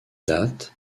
date